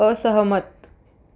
असहमत